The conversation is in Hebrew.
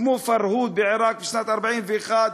כמו ה"פרהוד" בעיראק בשנת 1941,